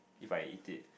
if I eat it